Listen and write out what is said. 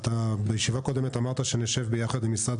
בישיבה הקודמת אמרת שנשב ביחד עם משרד